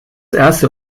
erste